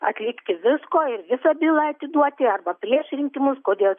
atlikti visko ir visą bylą atiduoti arba prieš rinkimus kodėl